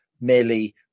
merely